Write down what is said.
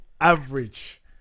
average